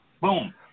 Boom